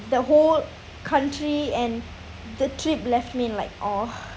the whole country and the trip left me in like awe